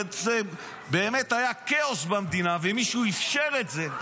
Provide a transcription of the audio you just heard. שבאמת היה כאוס במדינה, ומישהו אפשר את זה.